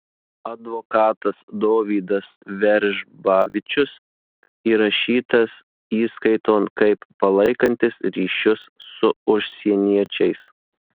advokatas dovydas veržbavičius įrašytas įskaiton kaip palaikantis ryšius su užsieniečiais